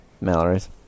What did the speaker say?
Mallory's